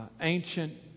ancient